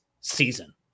season